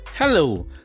Hello